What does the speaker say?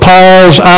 Paul's